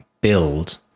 build